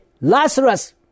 Lazarus